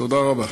תודה רבה.